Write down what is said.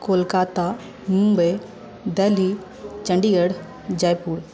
Kolkata Mumbai Delhi Chandigarh Jaipur